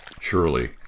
Surely